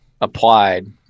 applied